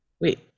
Wait